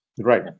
Right